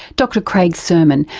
dr craig surman,